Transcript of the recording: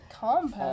Compound